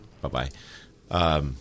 Bye-bye